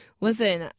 listen